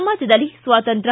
ಸಮಾಜದಲ್ಲಿ ಸ್ವಾತಂತ್ರ್